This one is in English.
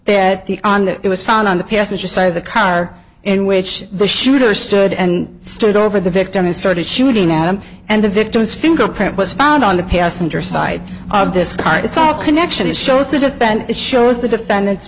that the on that was found on the passenger side of the car in which the shooter stood and stood over the victim and started shooting at him and the victim's fingerprint was found on the passenger side of this card it's all connection it shows the defense that shows the defendant's